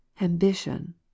Ambition